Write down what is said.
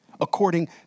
according